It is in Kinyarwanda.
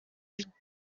batanga